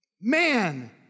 Man